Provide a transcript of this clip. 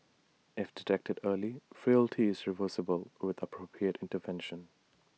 if detected early frailty is reversible with appropriate intervention